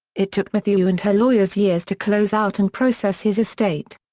it took mathieu and her lawyers years to close out and process his estate.